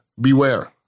beware